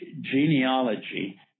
genealogy